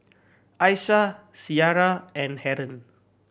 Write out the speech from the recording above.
Aishah Syirah and Haron